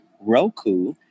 Roku